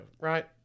right